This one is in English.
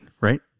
right